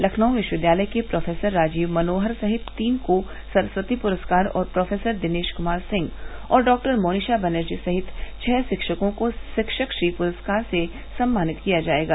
लखनऊ विष्वविद्यालय के प्रोफेसर राजीव मनोहर सहित तीन को सरस्वती प्रस्कार और प्रोफेसर दिनेष कुमार सिंह और डॉक्टर मोनिषा बनर्जी सहित छह षिक्षकों को षिक्षक श्री पुरस्कार से सम्मानित किया जायेगा